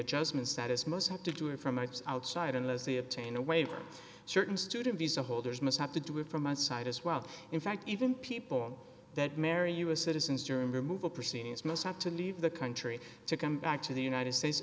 adjustments that is most have to do it from the outside unless they obtain a waiver certain student visa holders must have to do it from my side as well in fact even people that marry u s citizens during removal proceedings must have to leave the country to come back to the united states